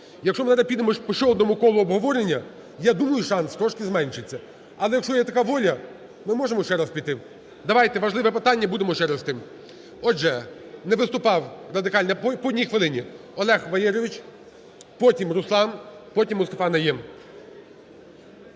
Якщо ми зараз підемо по ще одному колу обговорення, я думаю, шанс трошки зменшиться. Але якщо є така воля, ми можемо ще раз піти. Давайте, важливе питання, будемо ще раз іти. Отже, не виступав, Радикальна… по 1 хвилині. Олег Валерійович. Потім – Руслан, потім виступає Найєм.